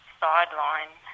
sideline